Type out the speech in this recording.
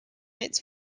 its